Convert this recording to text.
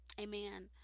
Amen